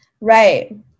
Right